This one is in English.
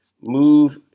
Move